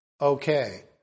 okay